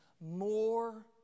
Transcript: more